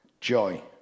joy